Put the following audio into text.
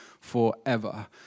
forever